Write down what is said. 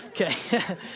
Okay